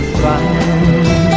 find